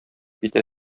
китә